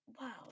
wow